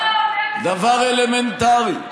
דבר אלמנטרי.